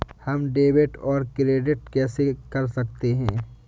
हम डेबिटऔर क्रेडिट कैसे कर सकते हैं?